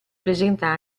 presenta